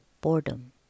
boredom